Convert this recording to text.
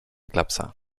klapsa